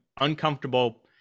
uncomfortable